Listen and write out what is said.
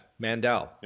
mandel